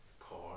car